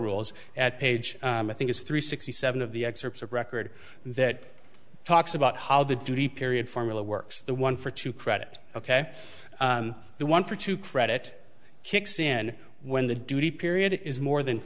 rules at page i think it's three sixty seven of the excerpts of record that talks about how the duty period formula works the one for two credit ok the one for two credit kicks in when the duty period is more than